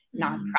nonprofit